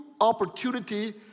Opportunity